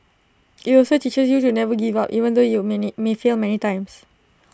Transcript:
IT also teaches you to never give up even though you many may fail many times